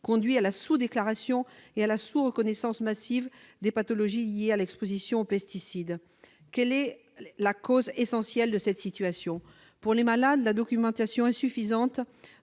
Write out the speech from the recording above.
conduisait à la sous-déclaration et à la sous-reconnaissance massive des pathologies liées à l'exposition aux pesticides. Quelle est la cause essentielle de cette situation ? Pour les personnes malades, la documentation insuffisante